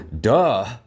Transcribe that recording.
Duh